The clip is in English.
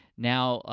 now,